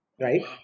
Right